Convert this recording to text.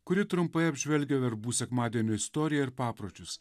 kuri trumpai apžvelgia verbų sekmadienio istoriją ir papročius